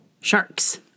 Sharks